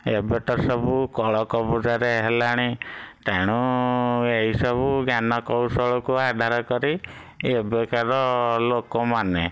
ଏବେ ତ ସବୁ କଳ କବୁଜାରେ ହେଲାଣି ତେଣୁ ଏଇସବୁ ଜ୍ଞାନ କୌଶଳକୁ ଆଧାର କରି ଏବେକାର ଲୋକମାନେ